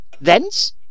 Thence